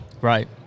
Right